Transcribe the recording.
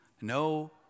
No